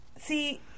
See